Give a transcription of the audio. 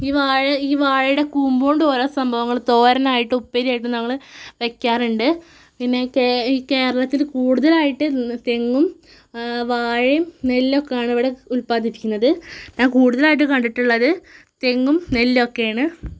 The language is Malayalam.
ഈ വാഴ വാഴയുടെ കൂമ്പു കൊണ്ട് ഓരോ സംഭവങ്ങൾ തോരനായിട്ടും ഉപ്പേരിയായിട്ടും നമ്മൾ വെക്കാറുണ്ട് പിന്നെ കേ ഈ കേരളത്തിൽ കൂടുതലായിട്ട് തെങ്ങും വാഴയും നെല്ലൊക്കെയാണ് ഇവിടെ ഉത്പാദിപ്പിക്കുന്നതു ഞാൻ കൂടുതലായിട്ടു കണ്ടിട്ടുള്ളത് തെങ്ങും നെല്ലൊക്കെയാണ്